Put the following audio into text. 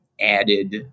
added